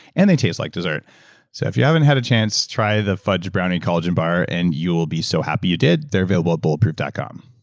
and they taste like dessert so if you haven't had a chance, try the fudge brownie collagen bar and you'll be so happy you did. they're available at bulletproof dot com.